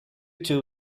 two